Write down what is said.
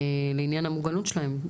לעניין המוגנות שלהן.